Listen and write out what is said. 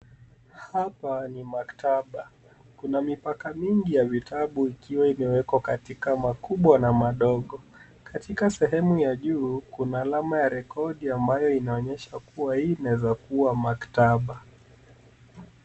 Hapa ni maktaba. Kuna mipaka mingi ya vitabu ikiwa imewekwa katika makubwa na madogo. Katika sehemu ya juu kuna alama ya rekodi ambayo inaonyesha kuwa hii inaweza kuwa maktaba.